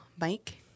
Mike